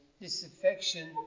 disaffection